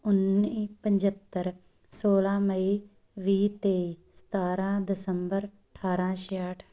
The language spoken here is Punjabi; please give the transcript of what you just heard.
ਉੱਨੀ ਪੰਝੱਤਰ ਸੋਲਾਂ ਮਈ ਵੀਹ ਤੇਈ ਸਤਾਰਾਂ ਦਸੰਬਰ ਅਠਾਰਾਂ ਛਿਆਹਠ